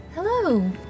Hello